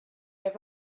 have